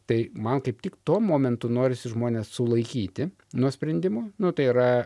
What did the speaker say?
tai man kaip tik tuo momentu norisi žmones sulaikyti nuo sprendimo nu tai yra